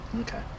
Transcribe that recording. Okay